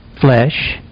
Flesh